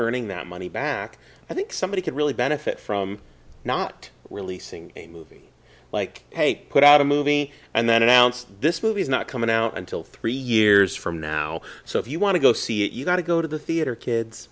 earning that money back i think somebody could really benefit from not releasing a movie like hey put out a movie and then announce this movie is not coming out until three years from now so if you want to go see it you gotta go to the theater kids